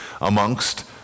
amongst